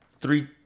three